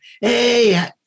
Hey